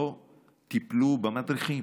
לא טיפלו במדריכים,